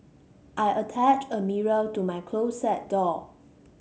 I attached a mirror to my closet door